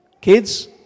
Kids